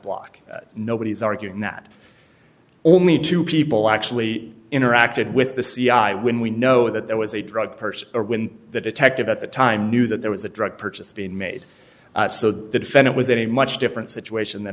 block nobody's arguing that only two people actually interacted with the c i when we know that there was a drug person or when the detective at the time knew that there was a drug purchase being made so the defendant was in a much different situation than